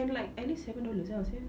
can like at least seven dollars lah sia